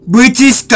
British